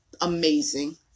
amazing